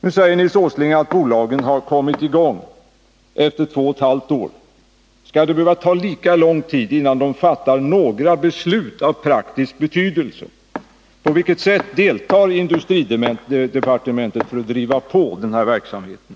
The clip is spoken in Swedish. Nu säger Nils Åsling att utvecklingsbolagen har kommit i gång — efter två och ett halvt år. Skall det behöva ta lika lång tid innan de fattar några beslut av praktisk betydelse? På vilket sätt deltar industridepartementet för att driva på den här verksamheten?